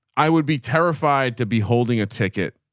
i would be terrified to be holding a ticket,